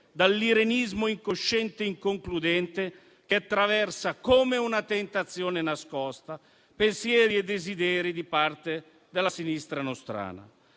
dall'irenismo incosciente e inconcludente che attraversa, come una tentazione nascosta, pensieri e desideri di parte della sinistra nostrana.